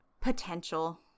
potential